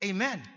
Amen